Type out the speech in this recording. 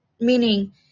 meaning